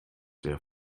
der